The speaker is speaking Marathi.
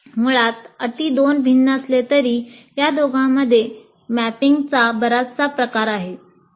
मुळात अटी दोन भिन्न असले तरी या दोघांमध्ये मॅपिंगचा बराचसा प्रकार आहे